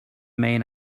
main